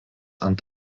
ant